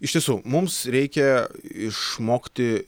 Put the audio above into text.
iš tiesų mums reikia išmokti